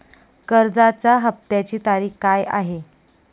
कर्जाचा हफ्त्याची तारीख काय आहे?